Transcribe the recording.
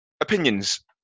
opinions